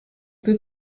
que